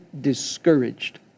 discouraged